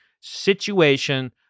situation